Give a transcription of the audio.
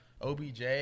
OBJ